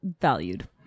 valued